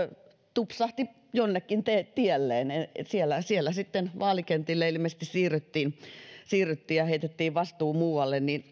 tupsahti jonnekin tielleen siellä sitten vaalikentille ilmeisesti siirryttiin siirryttiin ja heitettiin vastuu muualle niin